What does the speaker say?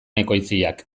ekoitziak